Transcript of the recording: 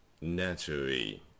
Naturally